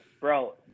bro